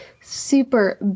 super